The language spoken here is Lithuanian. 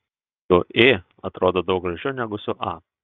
su ė atrodo daug gražiau negu su a